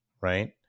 right